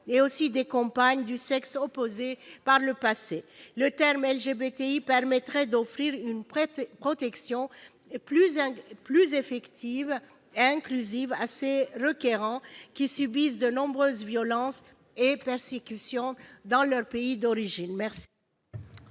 ou des compagnes du sexe opposé. Le terme « LGBTQI » permettrait d'offrir une protection plus effective et inclusive à ces requérants, qui subissent de nombreuses violences et persécutions dans leur pays d'origine.